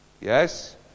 Yes